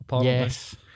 Yes